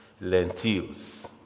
lentils